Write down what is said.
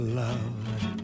love